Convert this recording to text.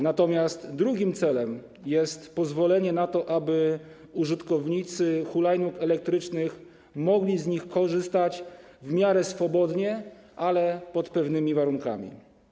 Natomiast drugim celem jest pozwolenie na to, aby użytkownicy hulajnóg elektrycznych mogli z nich korzystać w miarę swobodnie, ale pod pewnymi warunkami.